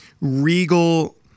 regal